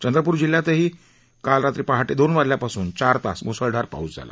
चंद्रपूर जिल्ह्यातही काल रात्री पहाटे दोन वाजल्यापासून चार तास मुसळधार पाऊस झाला